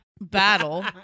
battle